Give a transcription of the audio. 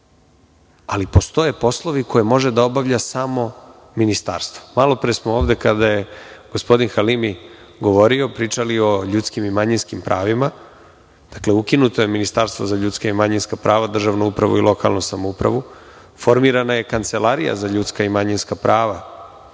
ali postoje poslovi koje može da obavlja samo Ministarstvo. Malopre smo ovde, kada je gospodin Halimi govorio, pričali o ljudskim i manjinskim pravima, dakle ukinuto je Ministarstvo za ljudska i manjinska prava, državnu upravu i lokalnu samoupravu. Formirana je Kancelarija za ljudska i manjinska prava.